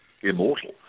immortal